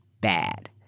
bad